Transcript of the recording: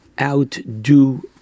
outdo